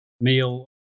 meal